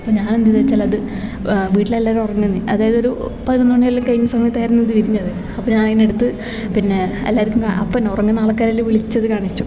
അപ്പം ഞാൻ എന്തെന്ന് വച്ചാലത് വീട്ടിലെല്ലാവരും ഉറങ്ങണ് അതായത് ഒരു പതിനൊന്ന് മണിയെല്ലാം കഴിഞ്ഞ് സമയത്തായിരുന്നു അത് വിരിഞ്ഞത് അപ്പം ഞാൻ അതിനെ എടുത്ത് പിന്നെ എല്ലാവാർക്കും അപ്പം തന്നെ ഉറങ്ങുന്ന ആൾക്കാരെ എല്ലാം വിളിച്ചത് കാണിച്ചു